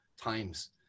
times